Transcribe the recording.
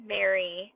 Mary